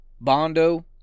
bondo